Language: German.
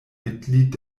mitglied